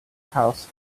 house